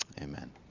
Amen